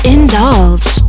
Indulge